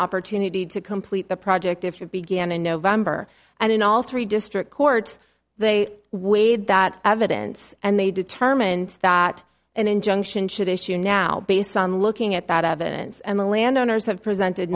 opportunity to complete the project if it began in november and in all three district court they weighed that evidence and they determined that an injunction should issue now based on looking at that evidence and the landowners have presented